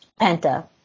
Penta